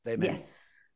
Yes